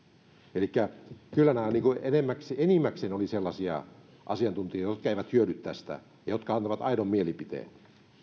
elikkä kyllä nämä enimmäkseen olivat sellaisia asiantuntijoita jotka eivät hyödy tästä ja jotka antavat aidon mielipiteensä